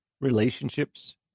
Relationships